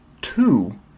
two